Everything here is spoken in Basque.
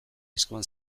eskuan